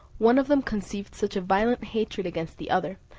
one of them conceived such a violent hatred against the other,